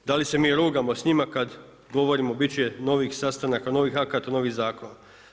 Da li se mi rugamo s njim kada govorimo biti će novih sastanaka, novih akata, novih akata.